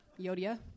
Yodia